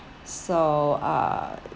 so uh